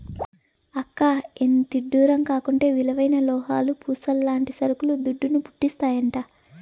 అక్కా, ఎంతిడ్డూరం కాకుంటే విలువైన లోహాలు, పూసల్లాంటి సరుకులు దుడ్డును, పుట్టిస్తాయంట